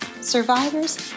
survivors